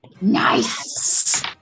Nice